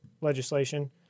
legislation